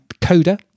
coda